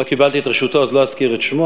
לא קיבלתי את רשותו אז לא אזכיר את שמו,